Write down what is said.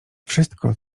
wszystko